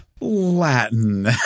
Latin